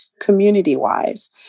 community-wise